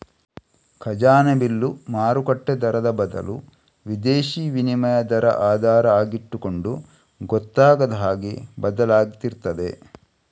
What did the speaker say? ಖಜಾನೆ ಬಿಲ್ಲು ಮಾರುಕಟ್ಟೆ ದರದ ಬದಲು ವಿದೇಶೀ ವಿನಿಮಯ ದರ ಆಧಾರ ಆಗಿಟ್ಟುಕೊಂಡು ಗೊತ್ತಾಗದ ಹಾಗೆ ಬದಲಾಗ್ತಿರ್ತದೆ